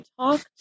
talk